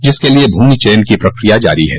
जिसके लिए भूमि चयन की प्रक्रिया जारी है